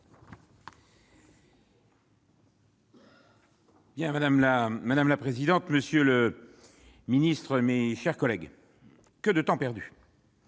Madame la présidente, monsieur le secrétaire d'État, mes chers collègues, que de temps perdu !